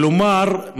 כלומר,